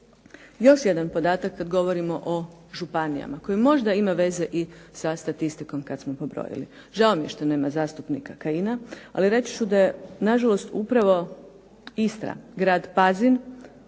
Još jedan podatak kad govorimo o županijama, koji možda ima veze i sa statistikom kad smo pobrojili. Žao mi je što nema zastupnika Kajina, ali reći ću da je na žalost upravo Istra, grad Pazin